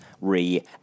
Re